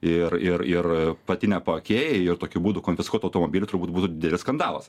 ir ir ir patinę paakiai ir tokiu būdu konfiskuotų automobilį turbūt būtų didelis skandalas